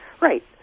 Right